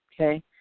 okay